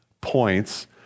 points